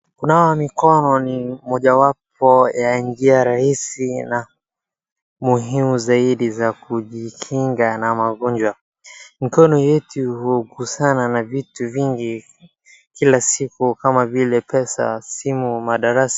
Kunawa mikono ni mojawapo ya njia rahisi na muhimu zaidi za kujikinga na magonjwa. Mikono yetu hukusanya na vitu vingi kila siku kama vile pesa, simu madarasa.